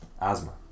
Asthma